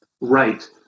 right